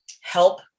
help